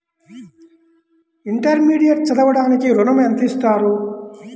Intermediate చదవడానికి ఋణం ఎంత ఇస్తారు?